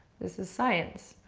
this is science.